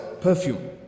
perfume